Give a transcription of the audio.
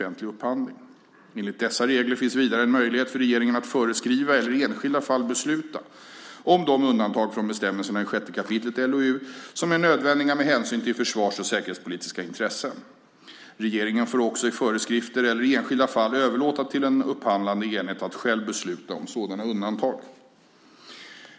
Enligt dessa regler finns vidare en möjlighet för regeringen att föreskriva eller i enskilda fall besluta om de undantag från bestämmelserna i 6 kap. LOU som är nödvändiga med hänsyn till försvars och säkerhetspolitiska intressen. Regeringen får också i föreskrifter eller i enskilda fall överlåta till en upphandlande enhet att själv besluta om sådana undantag.